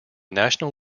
national